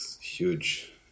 huge